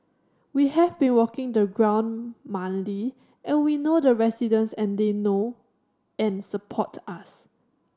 we have been walking the ground monthly and we know the residents and they know and support us